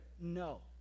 No